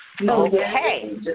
Okay